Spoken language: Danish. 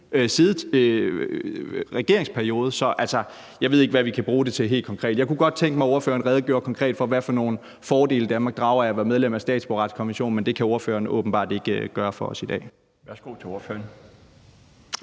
hvad vi helt konkret kan bruge det til. Jeg kunne godt tænke mig, at ordføreren redegjorde konkret for, hvad for nogle fordele Danmark drager af at være medlem af statsborgerretskonventionen, men det kan ordføreren åbenbart ikke gøre for os i dag.